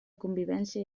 convivència